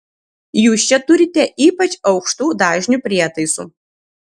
jūs čia turite ypač aukštų dažnių prietaisų